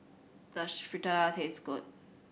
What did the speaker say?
does Fritada taste good